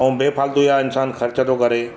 ऐं बेफाल्तू जा इन्सानु ख़र्च थो करे